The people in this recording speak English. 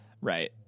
Right